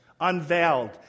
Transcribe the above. Unveiled